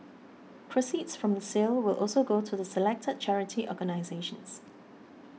proceeds from the sale will also go to the selected charity organisations